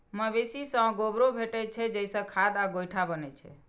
मवेशी सं गोबरो भेटै छै, जइसे खाद आ गोइठा बनै छै